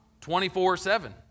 24-7